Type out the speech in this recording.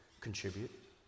contribute